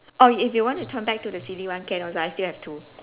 oh if you want to come back to the silly one can also I still have two